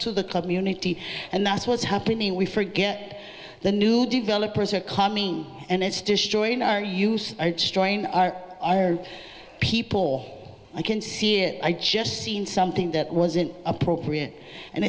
to the community and that's what's happening we forget the new developers are coming and it's destroying our use our our people or i can see here i just seen something that wasn't appropriate and